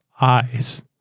eyes